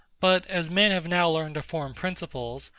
but as men have now learned to form principles,